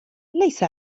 ليس